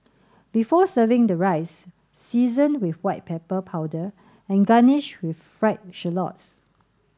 before serving the rice season with white pepper powder and garnish with fried shallots